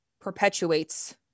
perpetuates